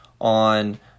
on